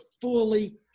fully